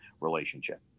relationship